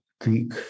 Greek